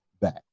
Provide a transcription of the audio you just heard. back